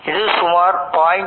இது சுமார் 0